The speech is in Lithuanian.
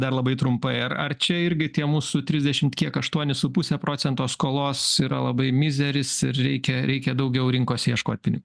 dar labai trumpai ar ar čia irgi tie mūsų trisdešimt kiek aštuoni su puse procento skolos yra labai mizeris ir reikia reikia daugiau rinkos ieškot pini